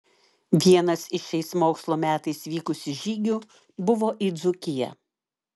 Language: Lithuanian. vienas iš šiais mokslo metais vykusių žygių buvo į dzūkiją